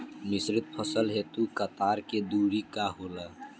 मिश्रित फसल हेतु कतार के दूरी का होला?